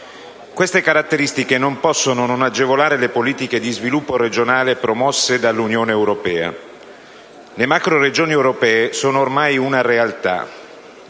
Queste caratteristiche non possono non agevolare le politiche di sviluppo regionale promosse dall'Unione europea. Le macroregioni europee sono ormai una realtà: